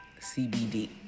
CBD